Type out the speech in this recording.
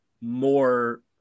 more